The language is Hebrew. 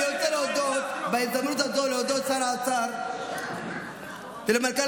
אני רוצה להודות בהזדמנות הזאת לשר האוצר ולמנכ"ל